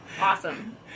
awesome